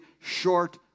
short